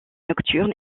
nocturne